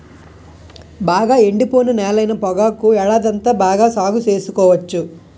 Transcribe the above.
బాగా ఎండిపోయిన నేలైన పొగాకు ఏడాదంతా బాగా సాగు సేసుకోవచ్చు